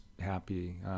happy